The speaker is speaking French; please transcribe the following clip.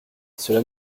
cela